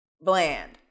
bland